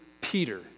Peter